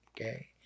okay